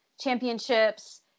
championships